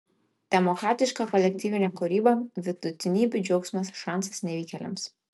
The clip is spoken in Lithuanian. demokratiška kolektyvinė kūryba vidutinybių džiaugsmas šansas nevykėliams